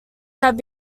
have